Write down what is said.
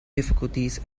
difficulties